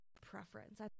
preference